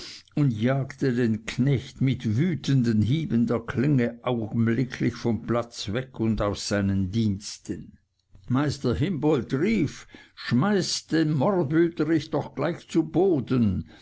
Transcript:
und jagte den knecht mit wütenden hieben der klinge augenblicklich vom platz weg und aus seinen diensten meister himboldt rief schmeißt den mordwüterich doch gleich zu boden